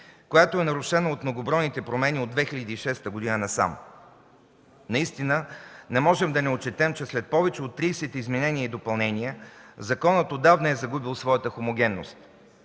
която е нарушена от многобройните промени от 2006 г. насам. Наистина не можем да не отчетем, че след повече от 30 изменения и допълнения, законът отдавна е загубил своята хомогенност.